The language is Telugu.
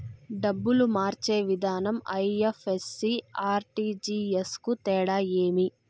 డబ్బులు మార్చే విధానం ఐ.ఎఫ్.ఎస్.సి, ఆర్.టి.జి.ఎస్ కు తేడా ఏమి?